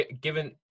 given